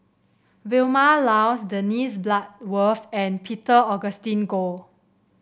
Vilma Laus Dennis Bloodworth and Peter Augustine Goh